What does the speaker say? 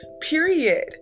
period